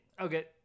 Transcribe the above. okay